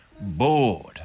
bored